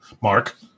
Mark